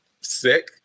sick